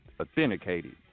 Authenticated